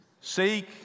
seek